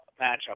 matchup